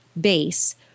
base